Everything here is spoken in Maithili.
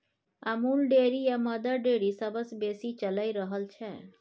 अमूल डेयरी आ मदर डेयरी सबसँ बेसी चलि रहल छै